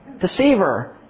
Deceiver